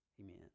Amen